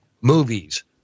movies